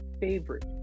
favorite